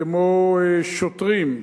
כמו שוטרים,